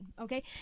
Okay